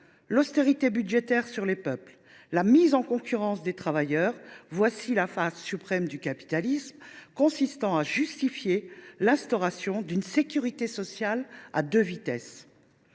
l’austérité budgétaire sur les peuples, la mise en concurrence des travailleurs, voilà la phase suprême du capitalisme, qui consiste à justifier l’instauration d’une sécurité sociale à deux vitesses.